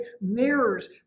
mirrors